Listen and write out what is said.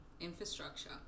infrastructure